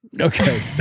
Okay